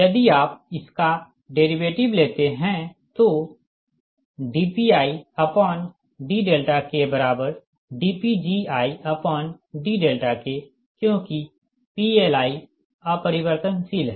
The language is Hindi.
यदि आप इसका डेरीवेटिव लेते है तो dPidKdPgidK क्योंकि PLi अपरिवर्तनशील हैं